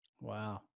Wow